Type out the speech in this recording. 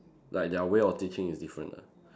like their way of teaching is different lah